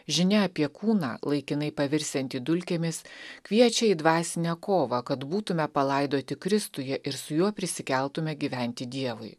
žinia apie kūną laikinai pavirsiantį dulkėmis kviečia į dvasinę kovą kad būtume palaidoti kristuje ir su juo prisikeltume gyventi dievui